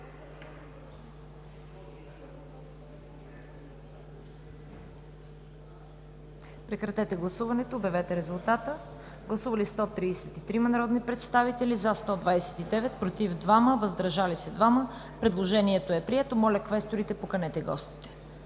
Режим на гласуване. Гласували 133 народни представители: за 129, против 2, въздържали се 2. Предложението е прието. Моля, квесторите, поканете гостите.